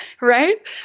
right